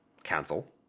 Cancel